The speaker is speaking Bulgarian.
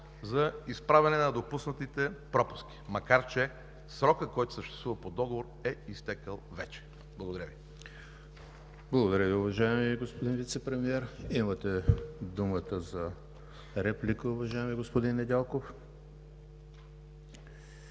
за изправяне на допуснатите пропуски, макар че срокът, който съществува по договор, е изтекъл вече. Благодаря Ви. ПРЕДСЕДАТЕЛ ЕМИЛ ХРИСТОВ: Благодаря Ви, уважаеми господин Вицепремиер. Имате думата за реплика, уважаеми господин Недялков.